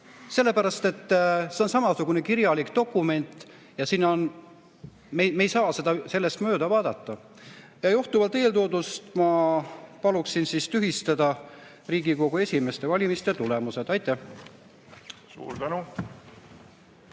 stenogramm, mis on samasugune kirjalik dokument. Me ei saa sellest mööda vaadata. Ja johtuvalt eeltoodust ma paluksin tühistada Riigikogu esimehe valimiste tulemused. Aitäh! Suur tänu!